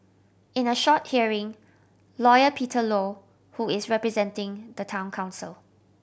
in a short hearing Lawyer Peter Low who is representing the Town Council